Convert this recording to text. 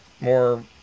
more